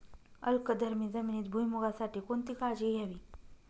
अल्कधर्मी जमिनीत भुईमूगासाठी कोणती काळजी घ्यावी?